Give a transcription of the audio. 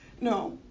No